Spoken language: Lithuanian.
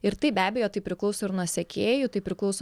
ir taip be abejo tai priklauso ir nuo sekėjų tai priklauso